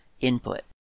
input